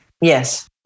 Yes